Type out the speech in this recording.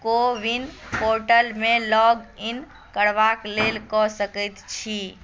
को विन पोर्टल मे लॉग इन करबाक लेल क सकैत छी